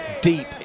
Deep